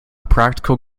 practical